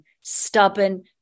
Stubborn